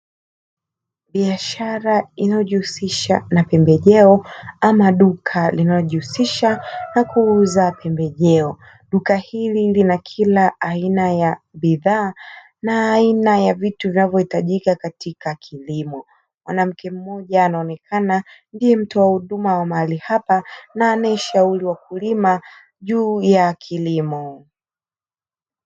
Biashara inayojihusisha na pembejeo ama duka linalojihusisha na kuuza pembejeo. Duka hili lina kila aina ya bidhaa na aina ya vitu vinavyohitajika katika kilimo. Mwanamke mmoja anaonekana ni mtoa huduma wa mahali hapa na anayeshauri wakulima juu ya kilimo.